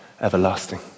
everlasting